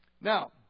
Now